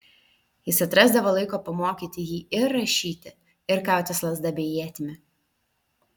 jis atrasdavo laiko pamokyti jį ir rašyti ir kautis lazda bei ietimi